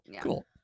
Cool